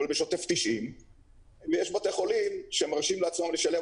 אבל בשטוף 90. ויש בתי חולים שמרשים לעצמם לשלם